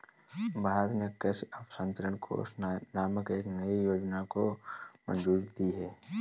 भारत ने कृषि अवसंरचना कोष नामक एक नयी योजना को मंजूरी दी है